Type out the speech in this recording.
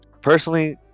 personally